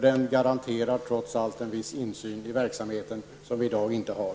Den garanterar trots allt en viss insyn i verksamheten, vilket vi i dag inte har.